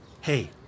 Hey